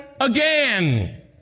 again